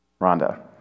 Rhonda